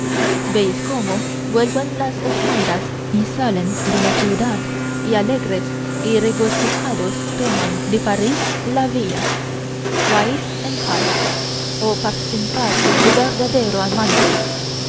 veis cómo vuelven las espaldas y salen de la ciudad y alegres y regocijados toman de parís la vía vais en paz oh par sin par de verdaderos amantes